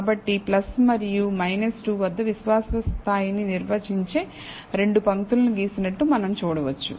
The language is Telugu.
కాబట్టి మరియు 2 వద్ద విశ్వాస స్థాయిని నిర్వచించే రెండు పంక్తులు గీసినట్లు మనం చూడవచ్చు